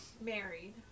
married